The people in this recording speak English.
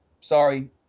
Sorry